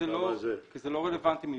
לא רלוונטי מבחינתנו.